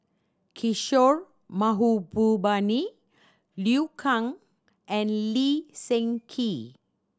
Kishore Mahbubani Liu Kang and Lee Seng Gee